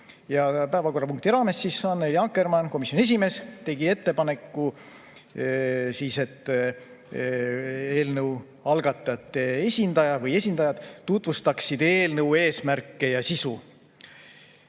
Päevakorrapunkti raames tegi Annely Akkermann, komisjoni esimees, ettepaneku, et eelnõu algatajate esindaja või esindajad tutvustaksid eelnõu eesmärke ja sisu.